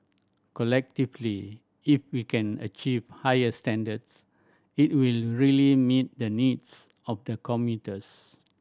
collectively if we can achieve higher standards it will really meet the needs of the commuters